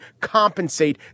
compensate